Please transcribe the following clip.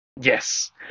Yes